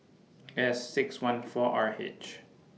S six one four R H